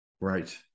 Right